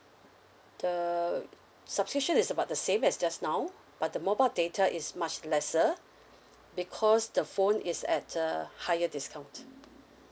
the subscription is about the same as just now but the mobile data is much lesser because the phone is at a higher discount